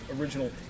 original